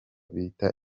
bita